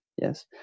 Yes